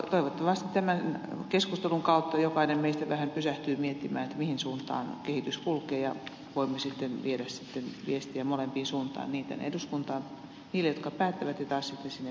toivottavasti tämän keskustelun kautta jokainen meistä vähän pysähtyy miettimään mihin suuntaan kehitys kulkee ja voimme sitten viedä viestiä molempiin suuntiin tänne eduskuntaan niille jotka päättävät ja taas sitten sinne ihmisille turvaa että palvelut pelaavat